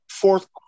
Fourth